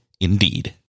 Indeed